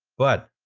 but!